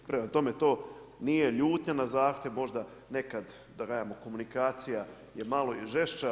Prema tome, to nije ljutnja na zahtjev, možda nekad, da kažemo komunikacija je malo i žešća.